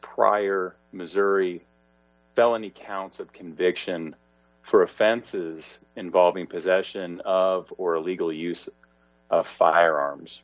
prior missouri felony counts of conviction for offenses involving possession of or illegal use of firearms